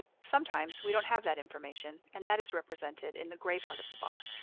sometimes we don't have that information, and that is represented in the gray part of the bar.